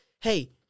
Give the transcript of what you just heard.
Hey